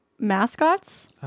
mascots